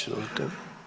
Izvolite.